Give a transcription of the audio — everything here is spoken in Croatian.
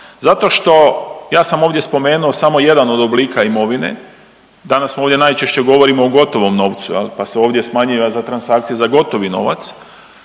Zato što ja sam ovdje spomenuo samo jedan od oblika imovine. Danas smo ovdje najčešće govorimo o gotovom novcu pa se ovdje smanjiva za transakcije za gotovi novac